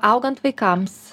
augant vaikams